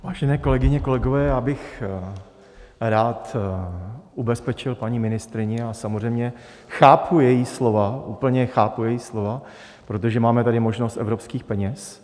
Vážené kolegyně, kolegové, já bych rád ubezpečil paní ministryni, samozřejmě chápu její slova, úplně chápu její slova, protože máme tady možnost evropských peněz.